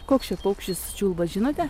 koks čia paukštis čiulba žinote